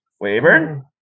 Weyburn